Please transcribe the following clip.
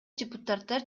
депутаттар